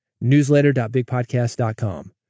newsletter.bigpodcast.com